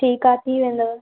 ठीकु आहे थी वेंदव